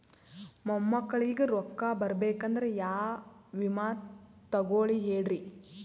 ಮೊಮ್ಮಕ್ಕಳಿಗ ರೊಕ್ಕ ಬರಬೇಕಂದ್ರ ಯಾ ವಿಮಾ ತೊಗೊಳಿ ಹೇಳ್ರಿ?